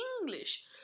English